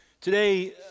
Today